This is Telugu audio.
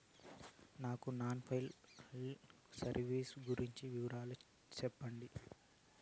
నాకు నాన్ ఫైనాన్సియల్ సర్వీసెస్ గురించి వివరాలు సెప్పండి?